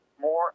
more